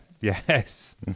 yes